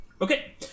Okay